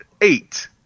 eight